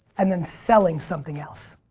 and then selling something else.